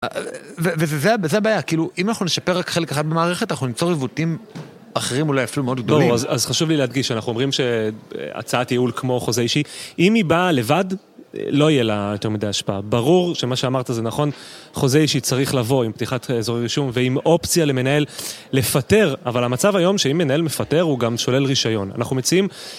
וזה הבעיה, כאילו אם אנחנו נשפר רק חלק אחד במערכת, אנחנו ניצור עיוותים אחרים אולי אפילו מאוד גדולים. או, אז חשוב לי להדגיש, אנחנו אומרים שהצעת ייעול כמו חוזה אישי, אם היא באה לבד, לא יהיה לה יותר מדי השפעה. ברור שמה שאמרת זה נכון, חוזה אישי צריך לבוא עם פתיחת אזורי רישום ועם אופציה למנהל לפטר, אבל המצב היום שאם מנהל מפטר הוא גם שולל רישיון. אנחנו מציעים...